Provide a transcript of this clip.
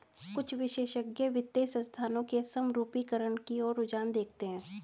कुछ विशेषज्ञ वित्तीय संस्थानों के समरूपीकरण की ओर रुझान देखते हैं